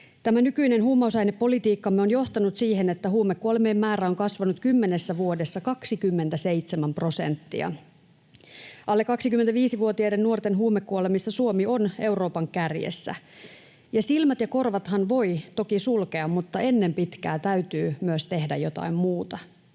nykyinen huumausainepolitiikkamme on johtanut siihen, että huumekuolemien määrä on kasvanut 10 vuodessa 27 prosenttia. Alle 25-vuotiaiden nuorten huumekuolemissa Suomi on Euroopan kärjessä. Silmät ja korvathan voi toki sulkea, mutta ennen pitkää täytyy myös tehdä jotain muuta.